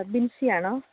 ബിൻസി ആണോ